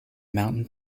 mountain